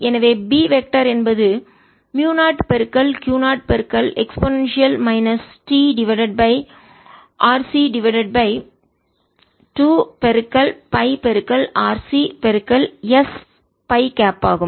எனவே B vector திசையன் என்பது மியூ0 Q 0 e t RC divided by 2 pi RC s pi cap ஆகும்